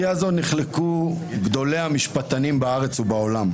ובסוגיה הזאת נחלקו גדולי המשפטנים בארץ ובעולם.